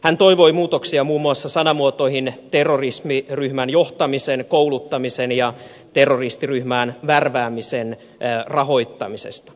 hän toivoi muutoksia muun muassa sanamuotoihin terrorismiryhmän johtamisen kouluttamisen ja terroristiryhmään värväämisen rahoittamisesta